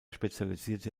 spezialisierte